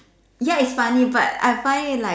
ya it's funny but I find it like